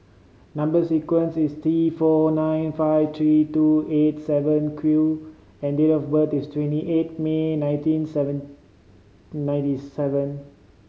number sequence is T four nine five three two eight seven Q and date of birth is twenty eight May nineteen seven ninety seven